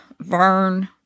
Vern